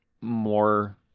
more